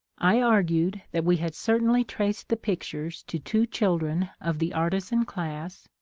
i argued that we had certainly traced the pictures to two children of the artisan class,